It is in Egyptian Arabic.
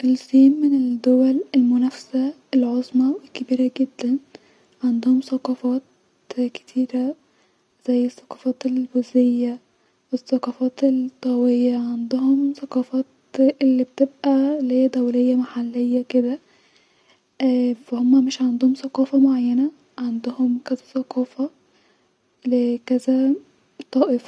الصين من الدول المنافسه العظمي الكبييره جدا -عندهم-ثقافات-كتيره-زي الثقافات البوذيه-والثقافات الطاويه عندهم الثقافات-ال-بتبقي دوليه-محليه كده فا-هما مش عندهم ثقافه معينه عندهم كذا ثقافه-ال كذا-طائفه